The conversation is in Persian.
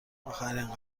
آخرین